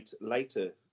later